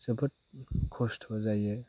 जोबोद खस्थ' जायो